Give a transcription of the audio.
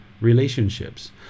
relationships